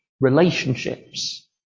relationships